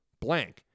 blank